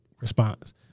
response